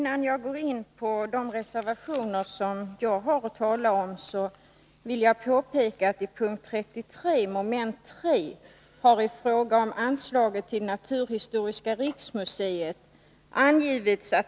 Herr talman!